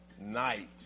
night